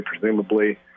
presumably